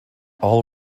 all